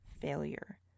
failure